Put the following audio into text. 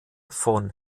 von